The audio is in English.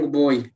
boy